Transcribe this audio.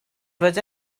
fod